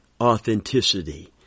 authenticity